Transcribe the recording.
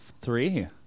Three